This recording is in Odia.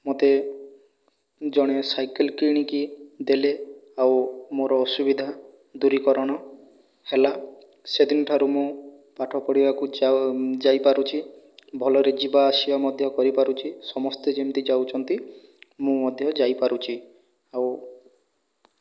ମୋତେ ଜଣେ ସାଇକେଲ କିଣିକି ଦେଲେ ଆଉ ମୋର ଅସୁବିଧା ଦୂରୀକରଣ ହେଲା ସେଦିନଠାରୁ ମୁଁ ପାଠ ପଢ଼ିବାକୁ ଯାଇପାରୁଛି ଭଲରେ ଯିବାଆସିବା ମଧ୍ୟ କରିପାରୁଛି ସମସ୍ତେ ଯେମିତି ଯାଉଛନ୍ତି ମୁଁ ମଧ୍ୟ ଯାଇପାରୁଛି ଆଉ